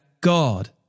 God